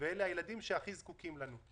ואלה הילדים שהכי זקוקים לנו.